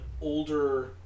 older